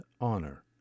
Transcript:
Honor